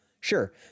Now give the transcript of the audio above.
Sure